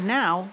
now